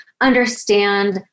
understand